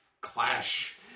clash